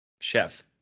Chef